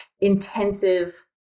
intensive